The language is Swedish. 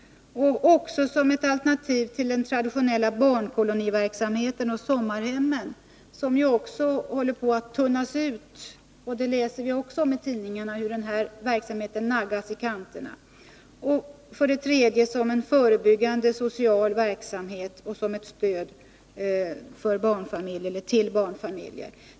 För det andra behövs de som alternativ till den traditionella barnkoloniverksamheten och sommarhemmen, som ju också håller på att tunnas ut. Vi läser i tidningarna om hur den här verksamheten naggas i kanten. För det tredje behövs dessa semesterformer som förebyggande social verksamhet och som stöd till barnfamiljer.